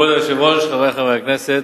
כבוד היושב-ראש, חברי חברי הכנסת,